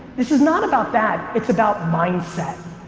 this is not about that, it's about mindset.